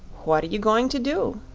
what are you going to do?